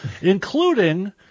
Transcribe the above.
including